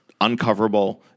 uncoverable